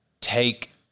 take